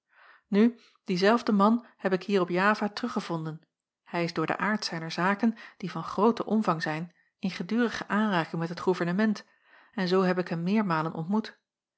nu dienzelfden man heb ik hier op java teruggevonden hij is door den aard zijner zaken die van grooten omvang zijn in gedurige aanraking met het gouvernement en zoo heb ik hem meermalen ontmoet